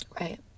right